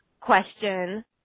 question